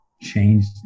changed